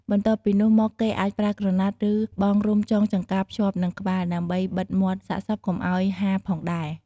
បន្ទាប់ពីនោះមកគេអាចប្រើក្រណាត់ ឬបង់រុំចងចង្កាភ្ជាប់នឹងក្បាលដើម្បីបិទមាត់សាកសពកុំឱ្យហាផងដែរ។